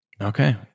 Okay